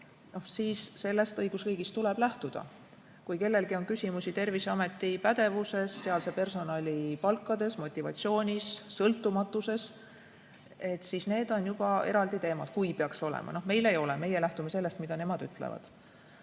siis sellest õigusriigis tuleb lähtuda. Kui kellelgi on küsimusi Terviseameti pädevuses, sealse personali palkades, motivatsioonis, sõltumatuses, siis need on juba eraldi teemad. Kui peaks olema. Meil ei ole. Meie lähtume sellest, mida nemad ütlevad. Nii